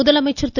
முதலமைச்சர் திரு